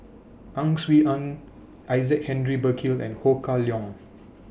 Ang Swee Aun Isaac Henry Burkill and Ho Kah Leong